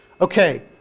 Okay